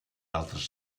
altres